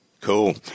Cool